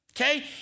okay